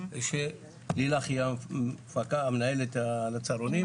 לילך היא המנהלת של הצהרונים,